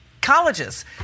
Colleges